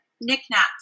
knickknacks